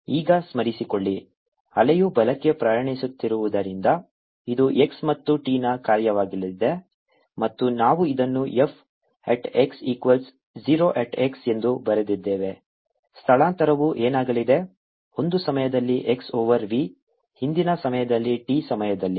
ಈಗ ಸ್ಮರಿಸಿಕೊಳ್ಳಿ ಅಲೆಯು ಬಲಕ್ಕೆ ಪ್ರಯಾಣಿಸುತ್ತಿರುವುದರಿಂದ ಇದು x ಮತ್ತು t ನ ಕಾರ್ಯವಾಗಲಿದೆ ಮತ್ತು ನಾವು ಇದನ್ನು F at x equals 0 at x ಎಂದು ಬರೆದಿದ್ದೇವೆ ಸ್ಥಳಾಂತರವು ಏನಾಗಲಿದೆ ಒಂದು ಸಮಯದಲ್ಲಿ x ಓವರ್ v ಹಿಂದಿನ ಸಮಯ t ಸಮಯದಲ್ಲಿ